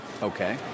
Okay